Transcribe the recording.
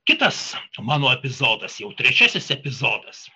kitas mano epizodas jau trečiasis epizodas